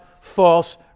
false